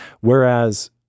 Whereas